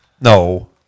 No